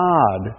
God